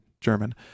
German